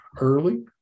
early